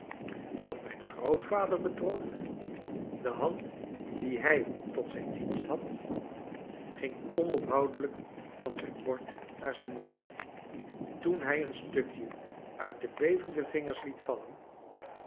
wat mijn grootvader betrof de hand die hij tot zijn dienst had ging onophoudelijk van zijn bord naar zijn mond toen hij een stukje uit de bevende vingers liet vallen